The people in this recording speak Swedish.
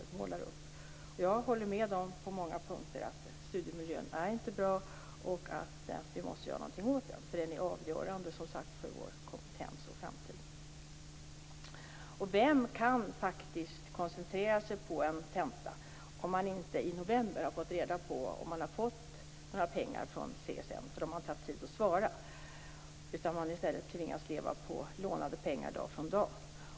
På många punkter håller jag med dem om att studiemiljön inte är bra och att vi måste göra någonting åt den. Den är som sagt avgörande för vår kompetens och framtid. Vem kan koncentrera sig på en tenta om man inte i november har fått reda på om man har fått några pengar från CSN, eftersom de inte haft tid att svara. I stället har man tvingats leva på lånade pengar från dag till dag.